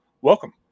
welcome